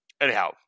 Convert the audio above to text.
anyhow